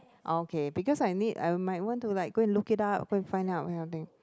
okay because I need I might want to like go and look it up go and find out kind of thing